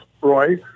Roy